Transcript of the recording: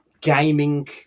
gaming